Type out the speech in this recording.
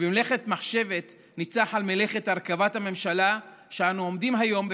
ובמלאכת מחשבת ניצח על מלאכת הרכבת הממשלה שאנו עומדים היום בפתחה.